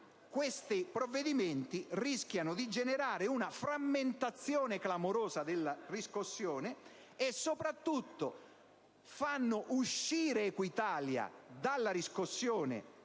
questi provvedimenti rischiano di generare una frammentazione clamorosa della riscossione, e soprattutto fanno uscire Equitalia dalla riscossione